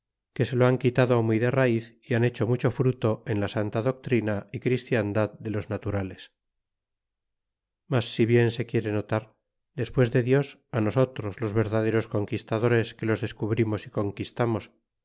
que se lo han quitado muy de raiz y han hecho mucho fruto en la santa doctrina y christiandad de los naturales mas si bien se quiere notar despues de dios nosotros los verdaderos conquistadores que los descubrimos y conquistamos